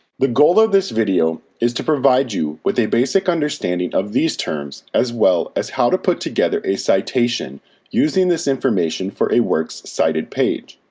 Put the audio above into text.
the goal of this video is to provide you with a basic understanding of these terms as well as how to put together a citation using this information for a works cited page.